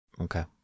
Okay